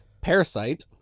Parasite